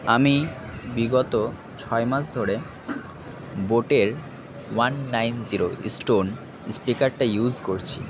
আমি বিগত ছয় মাস ধরে বোটের ওয়ান নাইন জিরো স্টোন স্পিকারটা ইউস করছি